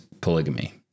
polygamy